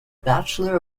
bachelor